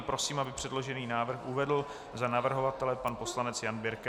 Prosím, aby předložený návrh uvedl za navrhovatele pan poslanec Jan Birke.